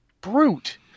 brute